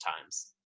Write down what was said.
times